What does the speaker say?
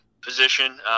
position